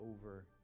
over